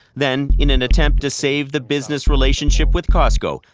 then, in an attempt to save the business relationship with costco,